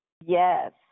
Yes